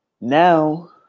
now